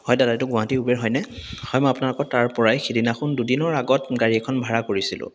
হয় দাদা এইটো গুৱাহাটী উবেৰ হয় নে হয় মই আপোনালোকৰ তাৰ পৰাই সিদিনাখন দুদিনৰ আগত গাড়ী এখন ভাড়া কৰিছিলোঁ